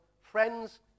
Friends